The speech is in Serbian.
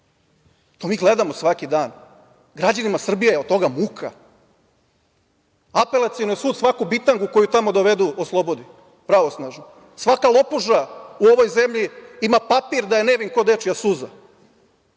To mi gledamo svaki dan. Građanima Srbije je od toga muka. Apelacioni sud svaku bitangu koju tamo dovedu oslobodi, pravosnažno. Svaka lopuža u ovoj zemlji ima papir da je nevin ko dečija suza.